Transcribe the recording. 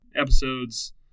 episodes